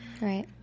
Right